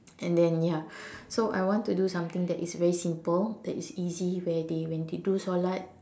and then ya so I want to do something that is very simple that is easy where they when they do solat